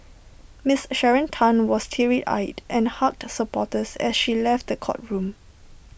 miss Sharon Tan was teary eyed and hugged supporters as she left the courtroom